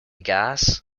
gas